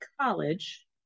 college